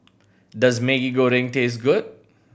does Maggi Goreng taste good